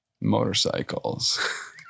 motorcycles